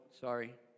sorry